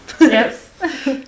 Yes